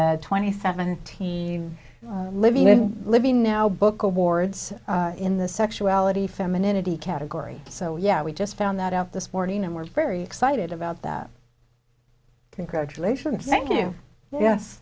that twenty seven t living in living now book awards in the sexuality femininity category so yeah we just found that out this morning and we're very excited about that congratulations thank you yes